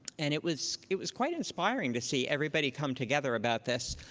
and it was it was quite inspiring to see everybody come together about this.